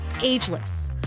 ageless